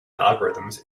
algorithms